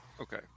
Okay